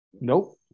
nope